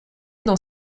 dans